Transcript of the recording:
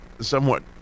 somewhat